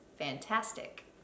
fantastic